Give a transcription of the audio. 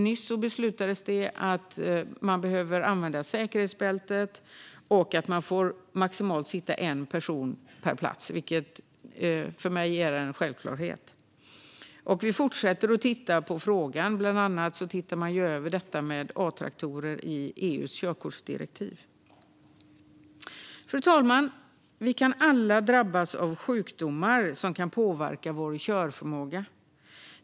Nyss beslutades det att säkerhetsbältet behöver användas och att det maximalt får sitta en person per plats, vilket för mig är en självklarhet. Vi fortsätter att titta på frågan. Bland annat tittar man över detta med A-traktorer i EU:s körkortsdirektiv. Fru talman! Vi kan alla drabbas av sjukdomar som kan påverka vår körförmåga.